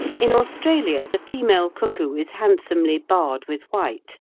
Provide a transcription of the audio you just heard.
in australia the female cuckoo is handsomely barred with white,